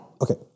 okay